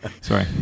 Sorry